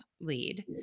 lead